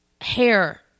hair